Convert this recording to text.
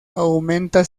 aumenta